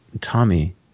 Tommy